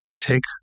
take